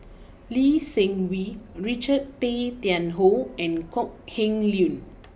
Lee Seng Wee Richard Tay Tian Hoe and Kok Heng Leun